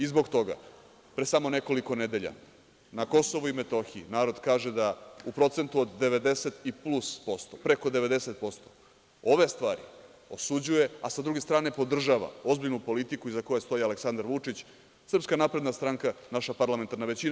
Zbog toga, pre samo nekoliko nedelja na Kosovu i Metohiji, narod kaže da u procentu od 90 i plus posto, preko 90%, ove stvari osuđuje, a sa druge strane podržava ozbiljnu politiku iza koje stoji Aleksandar Vučić, SNS, naša parlamentarna većina.